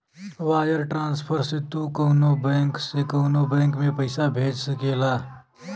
wire transfer से तू कउनो बैंक से कउनो बैंक में पइसा भेज सकेला